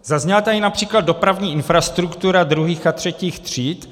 Zazněla tady například dopravní infrastruktura druhých a třetích tříd.